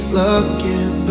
looking